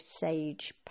sage